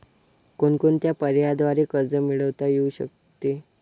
कोणकोणत्या पर्यायांद्वारे कर्ज मिळविता येऊ शकते?